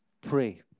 Pray